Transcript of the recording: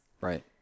right